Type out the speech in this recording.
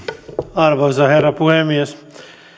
arvoisa herra puhemies